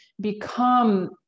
become